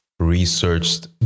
researched